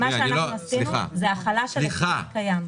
מה שאנחנו עשינו זה החלה של החוק הקיים.